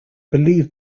believed